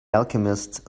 alchemist